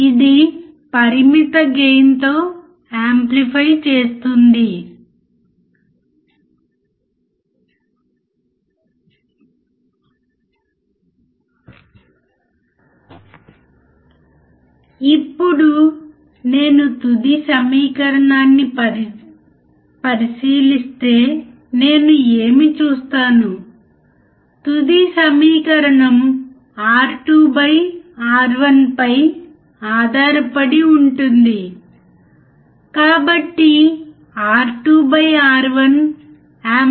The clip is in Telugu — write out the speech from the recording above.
ఇది ఆపరేషనల్ యాంప్లిఫైయర్ యొక్క బయాస్ వోల్టేజ్ మీద మాత్రమే ఆధారపడి ఉంటుంది అంటే పిన్ 7 మరియు పిన్ 4 కు మనం ఏ వోల్టేజ్ ఇస్తున్నామో అంటే Vcc మరియు Vee పై ఆధారపడి ఉంటుంది అవుట్పుట్ మరియు ఇన్పుట్ వోల్టేజ్ పరిధి ఈ నిర్దిష్ట వోల్టేజ్ మీద ఆధారపడి ఉంటుంది